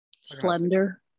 Slender